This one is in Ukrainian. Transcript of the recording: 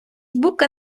бука